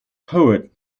poet